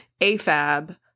afab